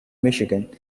michigan